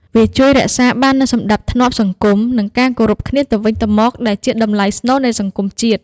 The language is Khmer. វាជួយរក្សាបាននូវសណ្តាប់ធ្នាប់សង្គម និងការគោរពគ្នាទៅវិញទៅមក ដែលជាតម្លៃស្នូលនៃសង្គមជាតិ។